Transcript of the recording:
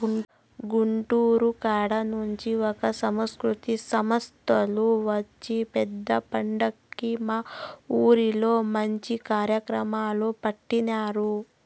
గుంటూరు కాడ నుంచి ఒక సాంస్కృతిక సంస్తోల్లు వచ్చి పెద్ద పండక్కి మా ఊర్లో మంచి కార్యక్రమాలు పెట్టినారు